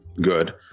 good